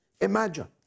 Imagine